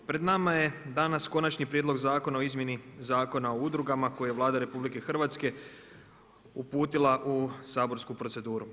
Pred nama je danas Konačni prijedlog zakona o izmjeni Zakona o udrugama koje je Vlada RH uputila u saborsku proceduru.